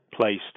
placed